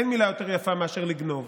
אין מילה יותר יפה מאשר לגנוב.